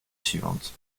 suivante